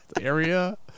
area